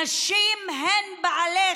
נשים הן בעלי חיים.